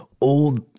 old